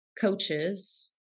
coaches